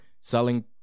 selling